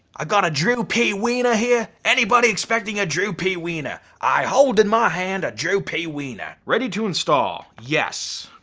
i gotta drew p. weiner here. anybody expecting a drew p. weiner? i hold in my hand a drew p. weiner. ready to install, yes.